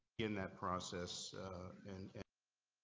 in that process and.